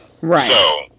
Right